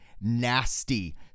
nasty